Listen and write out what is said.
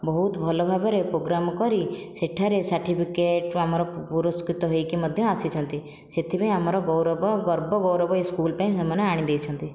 ବହୁତ ଭଲ ଭାବରେ ପ୍ରୋଗ୍ରାମ କରି ସେଠାରେ ସାର୍ଟିଫିକେଟ ଠୁ ଆମର ପୁରସ୍କୃତ ହୋଇକି ମଧ୍ୟ ଆସିଛନ୍ତି ସେଥିପାଇଁ ଆମର ଗୌରବ ଗର୍ବ ଗୌରବ ଏହି ସ୍କୁଲ ପାଇଁ ସେମାନେ ଆଣି ଦେଇଛନ୍ତି